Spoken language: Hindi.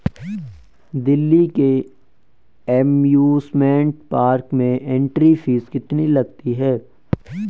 दिल्ली के एमयूसमेंट पार्क में एंट्री फीस कितनी लगती है?